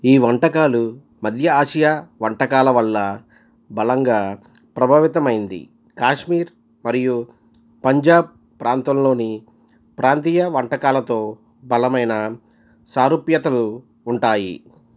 ఈ వంటకాలు మధ్య ఆసియా వంటకాల వల్ల బలంగా ప్రభావితమైంది కాశ్మీర్ మరియు పంజాబ్ ప్రాంతంలోని ప్రాంతీయ వంటకాలతో బలమైన సారూప్యతలు ఉంటాయి